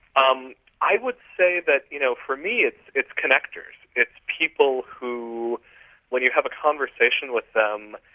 um i would say that you know for me it's it's connectors. it's people who when you have a conversation with them,